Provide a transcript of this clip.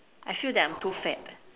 I feel that I am too fat